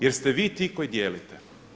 Jer ste vi ti koji dijelite.